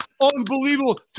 unbelievable